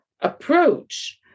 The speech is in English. approach